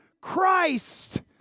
Christ